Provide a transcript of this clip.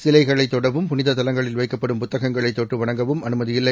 சிலைகளைத் தொடவும் புனித தலங்களில் வைக்கப்படும் புத்தகங்களைத் தொட்டு வணங்கவும் அனுமதி இல்லை